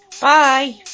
Bye